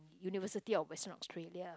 University of western Australia